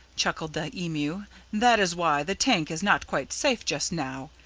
chuckled the emu that is why the tank is not quite safe just now.